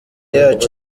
yacu